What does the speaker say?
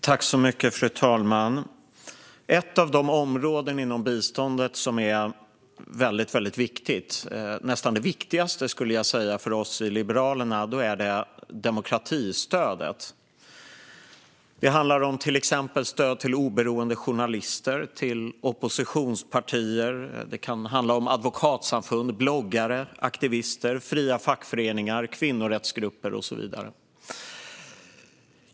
Fru talman! För Liberalerna är ett av de viktigaste områdena i biståndet demokratistödet. Det handlar om stöd till oberoende journalister, oppositionspartier, advokatsamfund, bloggare, aktivister, fria fackföreningar, kvinnorättsgrupper och så vidare.